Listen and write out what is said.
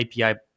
API